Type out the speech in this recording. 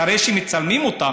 אחרי שמצלמים אותם,